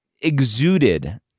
exuded